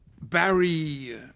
Barry